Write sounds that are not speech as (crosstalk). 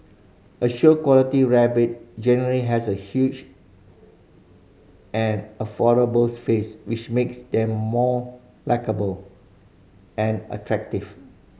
a show quality rabbit generally has a huge and (unintelligible) face which makes them more likeable and attractive